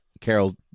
carol